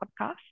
podcast